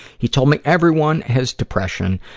he told me everyone has depression.